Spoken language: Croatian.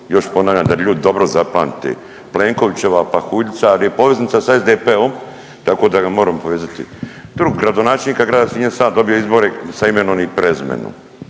još ponavljam da ljudi dobro zapamte Plenkovićeva pahuljica ali je poveznica sa SDP-om, tako da ga moram povezati. Gradonačelnika grada Sinja sam dobio izbore sa imenom i prezimenom.